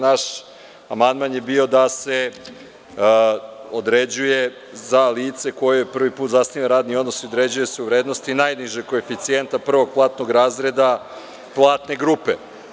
Naš amandman je bio da se za lice koje prvi put zasniva radni odnos određuje u vrednosti najnižeg koeficijenta prvog platnog razreda platne grupe.